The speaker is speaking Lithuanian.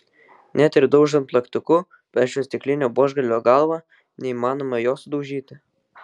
net ir daužant plaktuku per šio stiklinio buožgalvio galvą neįmanoma jo sudaužyti